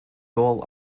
goal